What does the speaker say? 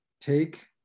take